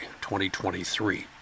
2023